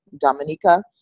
Dominica